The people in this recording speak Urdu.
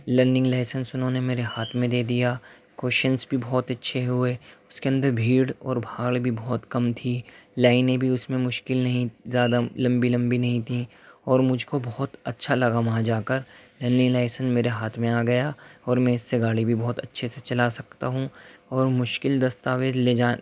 لرننگ لائسینس انہوں نے میرے ہاتھ میں دے دیا کویسچنس بھی بہت اچھے ہوئے اس کے اندر بھیڑ اور بھاڑ بھی بہت کم تھی لائنیں بھی اس میں مشکل نہیں زیادہ لمبی لمبی نہیں تھیں اور مجھ کو بہت اچھا لگا وہاں جا کر لرننگ لائسینس میرے ہاتھ میں آ گیا اور میں اس سے گاڑی بھی بہت اچھے سے چلا سکتا ہوں اور مشکل دستاویز لے جا